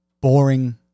boring